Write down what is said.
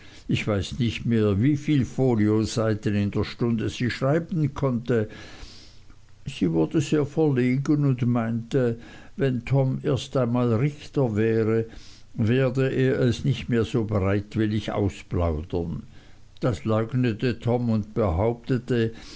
ich weiß nicht mehr wieviel folioseiten in der stunde sie schreiben konnte sie wurde sehr verlegen und meinte wenn tom erst einmal richter wäre werde er es nicht mehr so bereitwillig ausplaudern das leugnete tom und behauptete